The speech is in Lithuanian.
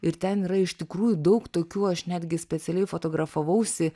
ir ten yra iš tikrųjų daug tokių aš netgi specialiai fotografavausi